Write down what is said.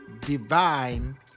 divine